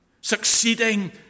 Succeeding